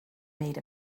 made